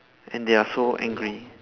and they are so angry